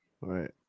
right